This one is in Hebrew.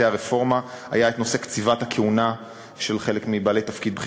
הרפורמה היה נושא קציבת הכהונה של חלק מבעלי תפקידים בכירים,